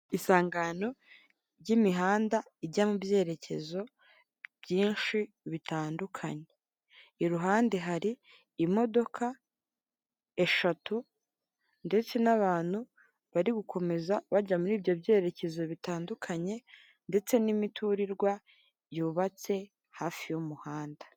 Isangano ry'imihanda ijya mu byerekezo byinshi bitandukanye, iruhande hari imodoka eshatu ndetse n'abantu bari gukomeza bajya muri ibyo byerekezo bitanduikanye ndetse n'imiturirwa yubatse hafi y'umuhanda.